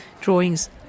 drawings